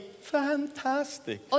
fantastic